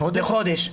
לחודש.